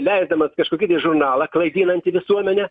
leisdamas kažkokį tai žurnalą klaidinantį visuomenę